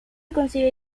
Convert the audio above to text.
consigue